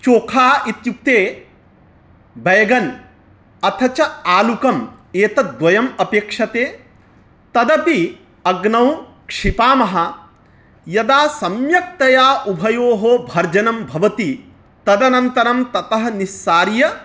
चोखा इत्युक्ते बैगन् अथ च आलुकम् एतद् द्वयम् अपेक्ष्यते तदपि अग्नौ क्षिपामः यदा सम्यक्तया उभयोः भर्जनं भवति तदनन्तरं ततः निस्सार्य